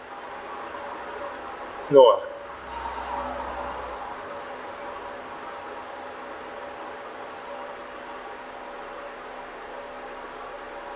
no ah